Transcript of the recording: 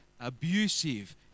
abusive